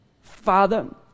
Father